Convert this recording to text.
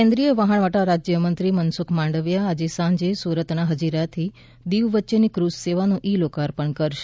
કેન્દ્રીય વહાણવટા રાજ્યમંત્રી મનસુખ માંડવિયા આજે સાંજે સુરતના હજીરાથી દીવ વચ્ચેની ક્રૂઝ સેવાનું ઇ લોકાર્પણ કરશે